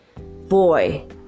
boy